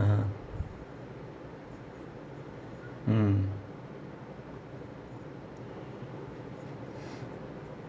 (uh huh) (uh huh) mm